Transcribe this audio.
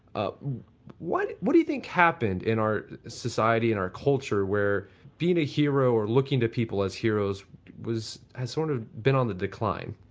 ah what what do you think happened in our society, in our culture where being a hero or looking to people as heroes has sort of been on the decline?